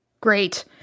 Great